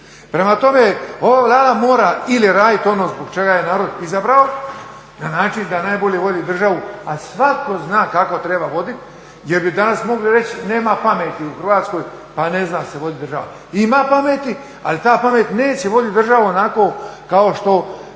Prema tome, ova Vlada mora ili raditi ono zbog čega ju je narod izabrao na način da najbolje vodi državu a svatko zna kako je treba voditi jer bi danas mogli reći nema pameti u Hrvatskoj pa ne zna se voditi država. Ima pameti, ali ta pamet neće voditi državu onako kao što